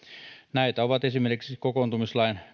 näitä ovat esimerkiksi kokoontumislain